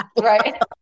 Right